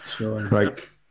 Right